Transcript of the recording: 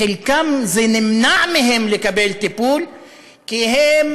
חלקם, נמנע מהם לקבל טיפול כי הם